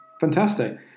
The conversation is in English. Fantastic